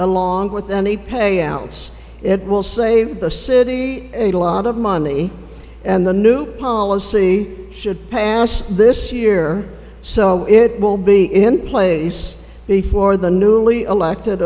along with any payouts it will save the city a lot of money and the new policy should pass this year so it will be in place before the newly elected